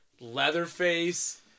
Leatherface